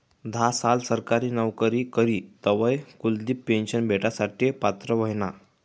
धा साल सरकारी नवकरी करी तवय कुलदिप पेन्शन भेटासाठे पात्र व्हयना